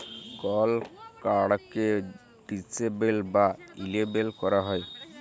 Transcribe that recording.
call কাড়কে disable বা enable ক্যরা যায়